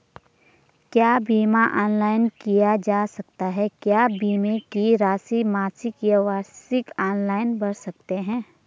क्या बीमा ऑनलाइन किया जा सकता है क्या बीमे की राशि मासिक या वार्षिक ऑनलाइन भर सकते हैं?